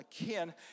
again